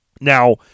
Now